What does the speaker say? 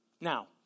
Now